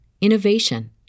innovation